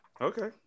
Okay